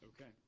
okay